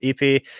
EP